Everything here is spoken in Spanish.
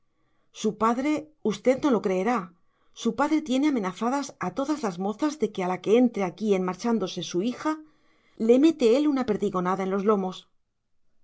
su padre usted no lo creerá su padre tiene amenazadas a todas las mozas de que a la que entre aquí en marchándose su hija le mete él una perdigonada en los lomos